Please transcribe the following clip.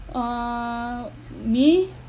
uh me